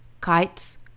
Kites